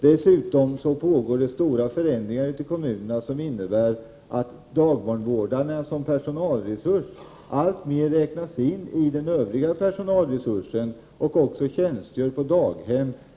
Dessutom pågår stora förändringar ute i kommunerna som innebär att dagbarnvårdarna som personalresurs alltmer räknas in i den övriga personalresursen och också tjänstgör på daghemmen.